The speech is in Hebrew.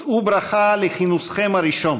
שאו ברכה לכינוסכם הראשון",